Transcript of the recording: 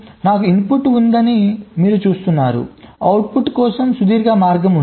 నాకు ఇన్పుట్ ఉందని మీరు చూస్తున్నారు అవుట్పుట్కు కోసం సుదీర్ఘ మార్గం ఉంది